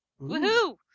Woohoo